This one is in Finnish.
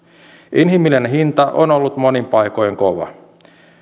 inhimillinen hinta on ollut monin paikoin kova